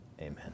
Amen